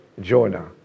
Jonah